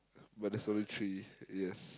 but there's only three yes